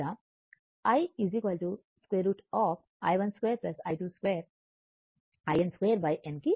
in 2 n కు సమానం